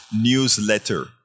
newsletter